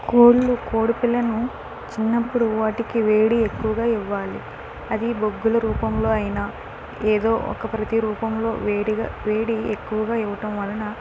కోళ్ళు కోడి పిల్లను చిన్నప్పుడు వాటికి వేడి ఎక్కువగా ఇవ్వాలి అది బొగ్గుల రూపంలో అయినా ఏదో ఒక ప్రతి రూపంలో వేడిగా వేడి ఎక్కువగా ఇవ్వటం వలన